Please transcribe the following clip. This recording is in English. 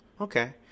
Okay